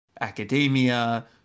academia